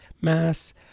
mass